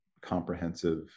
comprehensive